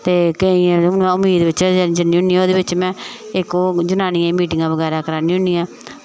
ते केईं उम्मीद बिच जन्नी होनी ओह्दे बिच इक में ओह् जनानियें दियां मीटिंगां बगैरा करानी होनी आं